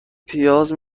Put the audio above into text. پیاز